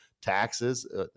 taxes